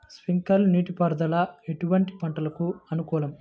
Sprinkler నీటిపారుదల ఎటువంటి పంటలకు అనుకూలము?